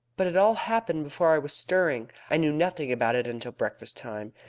but it all happened before i was stirring. i knew nothing about it until breakfast-time.